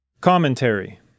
Commentary